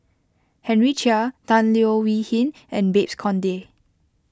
Henry Chia Tan Leo Wee Hin and Babes Conde